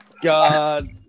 God